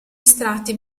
estratti